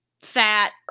fat